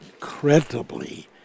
incredibly